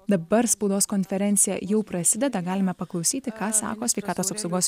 dabar spaudos konferencija jau prasideda galime paklausyti ką sako sveikatos apsaugos